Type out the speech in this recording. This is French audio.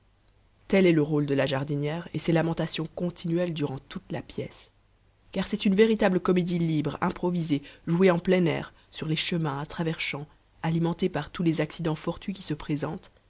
tel est le rôle de la jardinière et ses lamentations continuelles durant toute la pièce car c'est une véritable comédie libre improvisée jouée en plein air sur les chemins à travers champs alimentée par tous les accidents fortuits qui se présentent